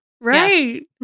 Right